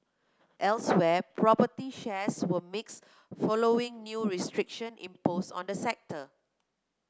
elsewhere property shares were mixed following new restriction imposed on the sector